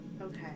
Okay